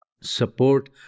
support